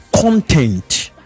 content